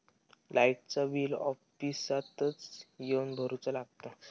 लाईटाचा बिल ऑफिसातच येवन भरुचा लागता?